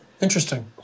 Interesting